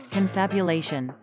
Confabulation